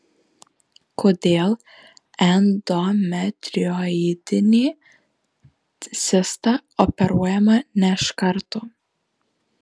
kodėl endometrioidinė cista operuojama ne iš karto